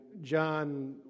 John